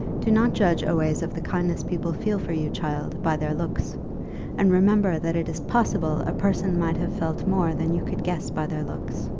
do not judge always of the kindness people feel for you, child, by their looks and remember that it is possible a person might have felt more than you could guess by their looks.